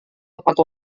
tepat